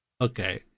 Okay